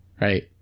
right